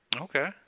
Okay